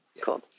Cool